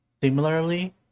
similarly